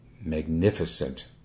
magnificent